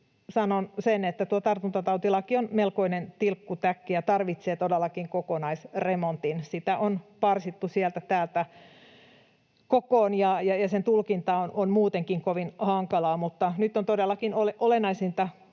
sanon sen, että tuo tartuntatautilaki on melkoinen tilkkutäkki ja tarvitsee todellakin kokonaisremontin. Sitä on parsittu sieltä täältä kokoon, ja sen tulkinta on muutenkin kovin hankalaa. Mutta nyt on todellakin olennaisinta